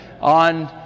on